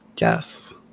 yes